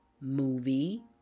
movie